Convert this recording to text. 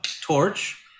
torch